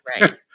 Right